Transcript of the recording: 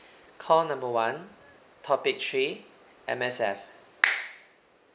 call number one topic three M_S_F